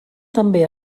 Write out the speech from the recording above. també